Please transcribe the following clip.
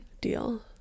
Deal